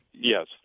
Yes